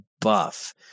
buff